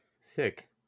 sick